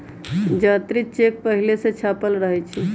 जात्री चेक पहिले से छापल रहै छइ